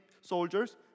soldiers